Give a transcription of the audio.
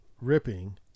ripping